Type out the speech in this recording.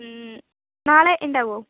നാളെ ഉണ്ടാവുമോ